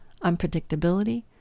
unpredictability